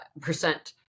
percent